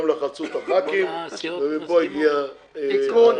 הם לחצו את חברי הכנסת, ומפה הגיע התיקון.